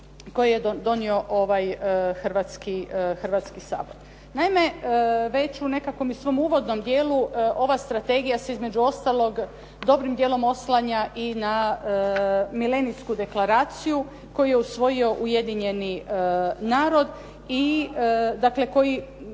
koje je donio ovaj Hrvatski sabor. Naime, već u nekakvom svom uvodnom dijelu ova strategije se između ostalog dobrim djelom oslanja i na Milenijsku deklaraciju koju je usvojio Ujedinjeni narod i dakle koji